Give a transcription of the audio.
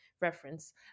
reference